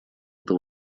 это